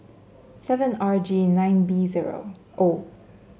seven R G nine B zero O